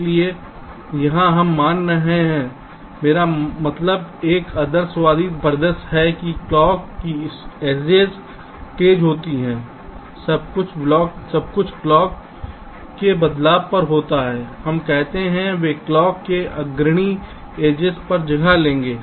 इसलिए यहां हम मान रहे हैं मेरा मतलब एक आदर्शवादी परिदृश्य है कि क्लॉक की एजेस तेज होती है सब कुछ क्लॉक के बदलाव पर होता है हम कहते हैं कि वे क्लॉक के अग्रणी एजेस पर जगह लेंगे